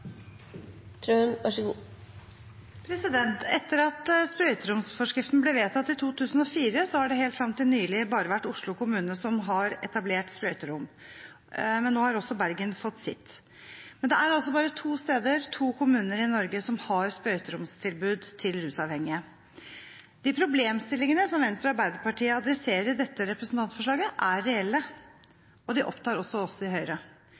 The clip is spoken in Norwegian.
det helt frem til nylig bare vært Oslo kommune som har etablert sprøyterom. Nå har også Bergen fått sitt. Men det er altså bare to steder, to kommuner, i Norge som har sprøyteromstilbud til rusavhengige. De problemstillingene som Venstre og Arbeiderpartiet adresserer i dette representantforslaget, er reelle, og de opptar også oss i Høyre.